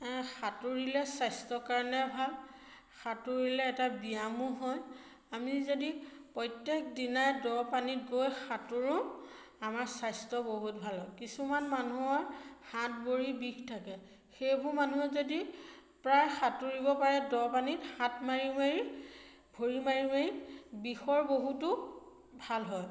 সাঁতোৰিলে স্বাস্থ্যৰ কাৰণে ভাল সাঁতোৰিলে এটা ব্যায়ামো হয় আমি যদি প্ৰত্যেক দিনাই দ পানীত গৈ সাঁতোৰো আমাৰ স্বাস্থ্য বহুত ভাল হয় কিছুমান মানুহৰ হাত ভৰিৰ বিষ থাকে সেইবোৰ মানুহে যদি প্ৰায় সাঁতোৰিব পাৰে দ পানীত হাত মাৰি মাৰি ভৰি মাৰি মাৰি বিষৰ বহুতো ভাল হয়